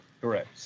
Correct